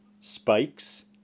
spikes